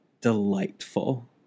delightful